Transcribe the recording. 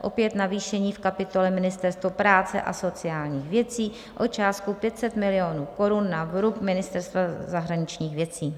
Opět navýšení v kapitole Ministerstvo práce a sociálních věcí o částku 500 milionů korun na vrub Ministerstva zahraničních věcí.